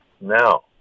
Now